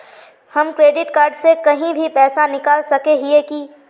हम credit card से कहीं भी पैसा निकल सके हिये की?